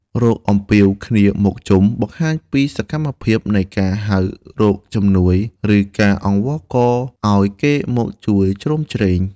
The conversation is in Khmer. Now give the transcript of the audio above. «រកអំពាវគ្នាមកជុំ» បង្ហាញពីសកម្មភាពនៃការហៅរកជំនួយ ឬការអង្វរកឱ្យគេមកជួយជ្រោមជ្រែង។